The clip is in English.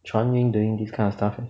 chuan min doing this kind of stuff